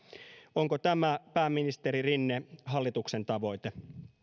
onko tämä pääministeri rinne hallituksen tavoite